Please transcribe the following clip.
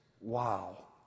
wow